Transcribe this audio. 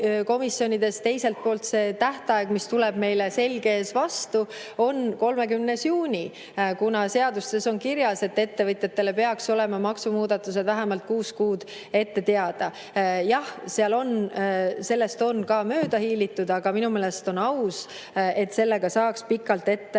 komisjonides teiselt poolt see tähtaeg, mis tuleb meile, selge ees, vastu, 30. juuni, kuna seaduses on kirjas, et ettevõtjatele peaks olema maksumuudatused vähemalt kuus kuud ette teada. Jah, sellest on ka mööda hiilitud, aga minu meelest on aus, et sellega saaks pikalt ette